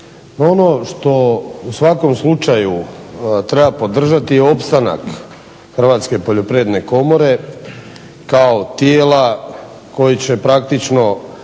ono što u svakom slučaju treba podržati je opstanak Hrvatske poljoprivredne komore kao tijela koje će praktično